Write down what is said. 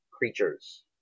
creatures